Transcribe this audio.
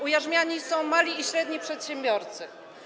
ujarzmiani są mali i średni przedsiębiorcy.